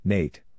Nate